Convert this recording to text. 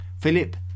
Philip